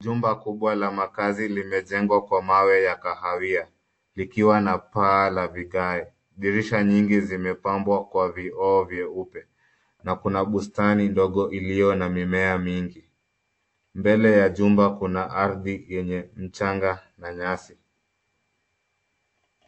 Jumba kubwa la makazi limejengwa kwa mawe ya kahawia ,likiwa na paa la vigae. Dirisha nyingi zimepambwa kwa vioo vyeupe, na kuna bustani ndogo iliyo na mimea mingi. Mbele ya jumba kuna ardhi yenye mchanga na nyasi.